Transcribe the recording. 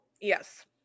yes